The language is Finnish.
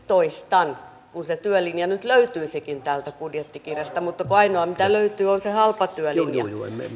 toistan kun se työlinja nyt löytyisikin täältä budjettikirjasta mutta kun ainoa mitä löytyy on se halpatyölinja